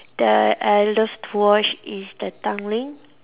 that I love to watch is the Tanglin